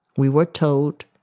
we were told,